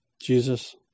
Jesus